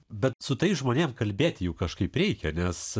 bet su tais žmonėm kalbėti juk kažkaip reikia nes